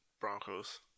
Broncos